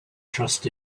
trust